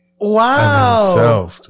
Wow